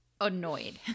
annoyed